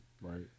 Right